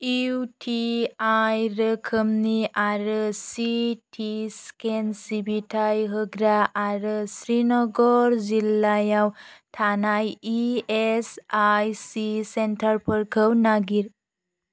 UTI रोखोमनि आरो CT scan सिबिथाइ होग्रा आरो श्रीनगर जिल्लायाव थानाय इएसआईसि सेन्टारफोरखौ नागिर